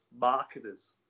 marketers